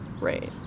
right